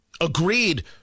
Agreed